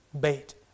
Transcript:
Bait